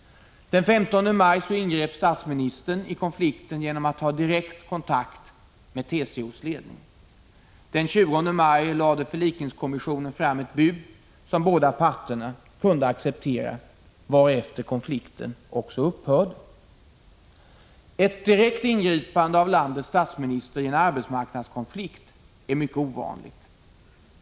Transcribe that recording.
Den 15 maj ingrep statsministern i konflikten genom att ta direkt kontakt med TCO:s ledning. Den 20 maj lade förlikningskommissionen fram ett bud, som båda parterna kunde acceptera, varefter konflikten upphörde. Ett direkt ingripande av landets statsminister i en arbetsmarknadskonflikt är mycket ovanligt.